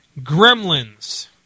Gremlins